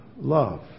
love